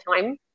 time